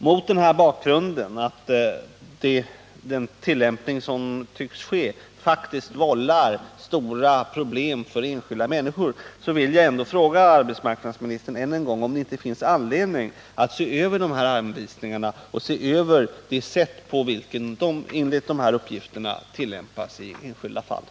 Mot bakgrund av att tillämpningen faktiskt kan vålla stora problem för enskilda människor vill jag än en gång fråga arbetsmarknadsministern, om det inte finns anledning att se över anvisningarna och det sätt varpå de enligt de här uppgifterna tillämpas i enskilda fall.